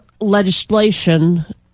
legislation